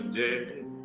dead